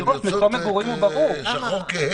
הן לובשות שחור כהה.